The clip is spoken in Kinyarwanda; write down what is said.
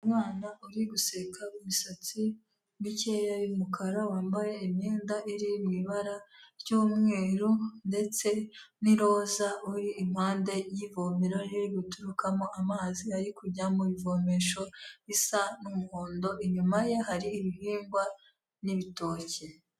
Umwana uri guseka w'imisatsi mikeya y'umukara, wambaye imyenda iri mu ibara ry'umweru ndetse n'iroza, uri impande y'ivomera riri guturukamo amazi ari kujya mu bivomesho bisa n'umuhondo, inyuma ye hari ibihingwa n'ibitoki.